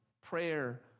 prayer